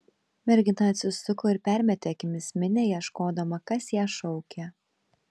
mergina atsisuko ir permetė akimis minią ieškodama kas ją šaukia